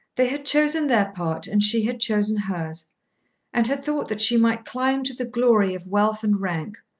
they had chosen their part, and she had chosen hers and had thought that she might climb to the glory of wealth and rank,